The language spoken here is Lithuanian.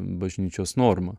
bažnyčios norma